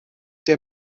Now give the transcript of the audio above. der